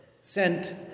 sent